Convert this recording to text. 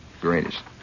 greatest